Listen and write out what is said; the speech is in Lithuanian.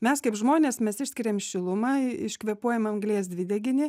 mes kaip žmonės mes išskiriam šilumą iškvėpuojame anglies dvideginį